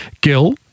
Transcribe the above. Gil